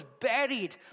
buried